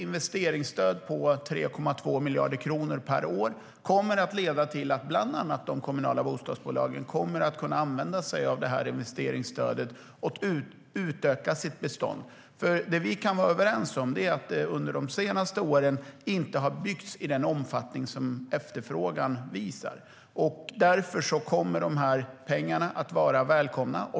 Investeringsstödet på 3,2 miljarder kronor per år kommer att leda till att bland annat de kommunala bostadsbolagen kommer att kunna använda sig av det här investeringsstödet och utöka sitt bestånd. Vi kan vara överens om att det under de senaste åren inte har byggts i den omfattning som efterfrågan anger. Därför kommer de här pengarna att vara välkomna.